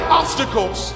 obstacles